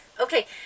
Okay